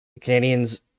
Canadians